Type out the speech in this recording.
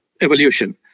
evolution